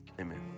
Amen